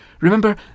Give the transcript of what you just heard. Remember